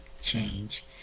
change